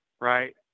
right